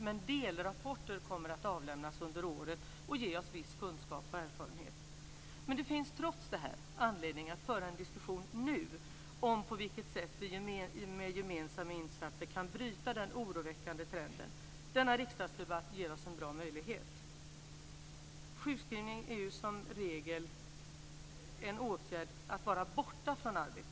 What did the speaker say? Men delrapporter kommer att avlämnas under året och ge oss viss kunskap och erfarenhet. Men det finns trots detta anledning att föra en diskussion nu om på vilket sätt vi med gemensamma insatser kan bryta den oroväckande trenden. Denna riksdagsdebatt ger oss en bra möjlighet. Sjukskrivning är ju som regel en åtgärd för att vara borta från arbetet.